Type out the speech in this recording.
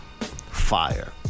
Fire